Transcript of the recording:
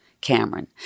Cameron